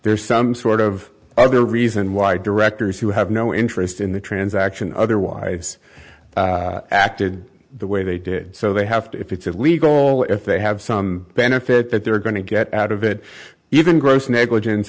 there's some sort of other reason why directors who have no interest in the transaction otherwise acted the way they did so they have to if it's illegal if they have some benefit that they're going to get out of it even gross negligence